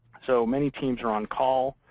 so many teams are on call.